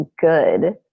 good